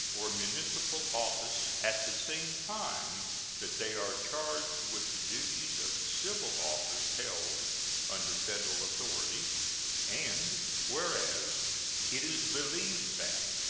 or municipal office at the same time that they are charged with the duties of the civil office held under federal authority and whereas it is believed that,